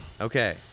Okay